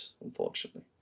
unfortunately